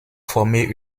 formé